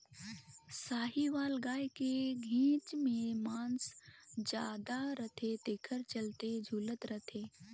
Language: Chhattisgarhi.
साहीवाल गाय के घेंच में मांस जादा रथे तेखर चलते झूलत रथे